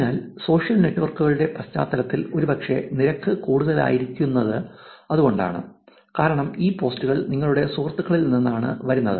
അതിനാൽ സോഷ്യൽ നെറ്റ്വർക്കുകളുടെ പശ്ചാത്തലത്തിൽ ഒരുപക്ഷേ നിരക്ക് കൂടുതലായിരിക്കുന്നത് അതുകൊണ്ടാണ് കാരണം ഈ പോസ്റ്റുകൾ നിങ്ങളുടെ സുഹൃത്തുക്കളിൽ നിന്നാണ് വരുന്നത്